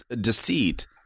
deceit